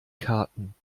karten